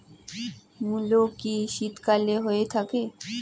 মূলো কি শীতকালে হয়ে থাকে?